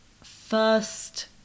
first